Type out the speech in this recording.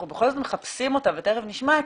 אנחנו בכל זאת מחפשים אותה ותכף נשמע,